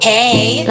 Hey